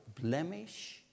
blemish